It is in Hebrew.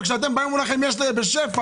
ולעזור לכם כדי שתחיו ברווח,